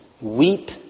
weep